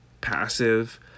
passive